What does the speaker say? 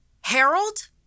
Harold